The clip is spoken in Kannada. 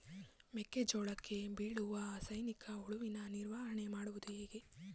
ಮೆಕ್ಕೆ ಜೋಳಕ್ಕೆ ಬೀಳುವ ಸೈನಿಕ ಹುಳುವಿನ ನಿರ್ವಹಣೆ ಮಾಡುವುದು ಹೇಗೆ?